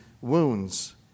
wounds